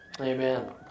Amen